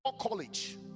college